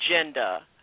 agenda